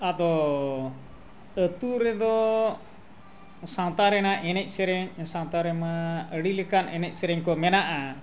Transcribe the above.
ᱟᱫᱚ ᱟᱛᱳ ᱨᱮᱫᱚ ᱥᱟᱶᱛᱟ ᱨᱮᱱᱟᱜ ᱮᱱᱮᱡ ᱥᱮᱨᱮᱧ ᱥᱟᱶᱛᱟ ᱨᱮᱢᱟ ᱟᱹᱰᱤ ᱞᱮᱠᱟᱱ ᱮᱱᱮᱡ ᱥᱮᱨᱮᱧ ᱠᱚ ᱢᱮᱱᱟᱜᱼᱟ